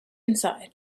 inside